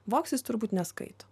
vogs jis turbūt neskaito